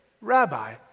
Rabbi